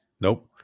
Nope